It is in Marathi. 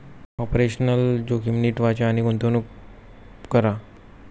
ऑपरेशनल जोखीम नीट वाचा आणि गुंतवणूक करा